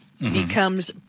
becomes